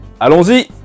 Allons-y